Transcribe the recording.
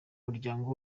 muryango